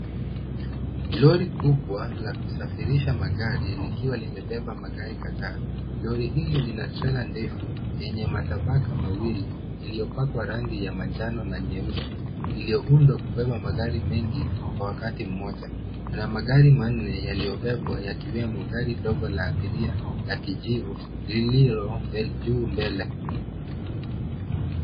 Lori kubwa la kusafirisha magari, likiwa limebeba magari kadhaa. Lori hili lina trela ndefu yenye matabaka mawili, iliyopakwa rangi ya manjano na nyeusi, iliyoundwa kubeba magari mengi kwa wakati mmoja. Kuna magari manne yaliyobebwa, yakiwemo gari dogo la abiria la kijivu lililo juu mbele.